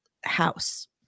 house